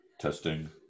Testing